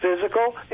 physical